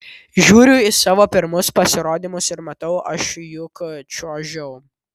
žiūriu į savo pirmus pasirodymus ir matau aš juk čiuožiau